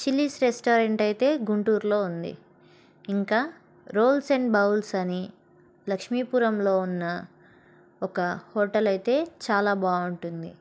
chillies restaurant అయితే గుంటూరులో ఉంది ఇంకా రోల్స్ అండ్ బౌల్స్ అని లక్ష్మీపురంలో ఉన్న ఒక హోటల్ అయితే చాలా బాగుంటుంది